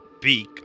beak